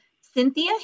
Cynthia